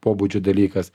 pobūdžio dalykas